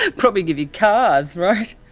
ah probably give you cars, right?